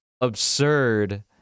absurd